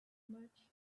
much